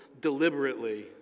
deliberately